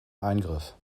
eingriff